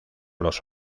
los